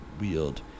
wield